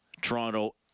Toronto